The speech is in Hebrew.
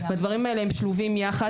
הדברים הם שלובים יחד,